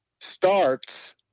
starts